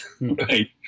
right